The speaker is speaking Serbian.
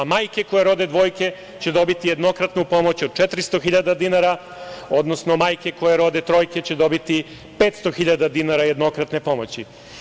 Majke koje rode dvoje će dobiti jednokratnu pomoć od 400.000 dinara, odnosno majke koje rode troje će dobiti 500.000 dinara jednokratne pomoći.